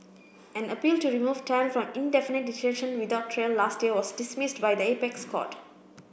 an appeal to remove Tan from indefinite detention without trial last year was dismissed by the apex court